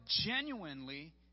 genuinely